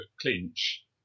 clinch